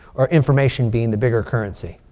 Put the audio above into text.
or information being the bigger currency.